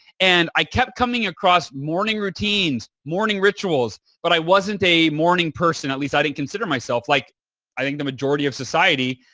and i kept coming across morning routines, morning rituals but i wasn't a morning person. at least i didn't consider myself like i think the majority of society,